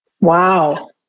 Wow